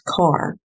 car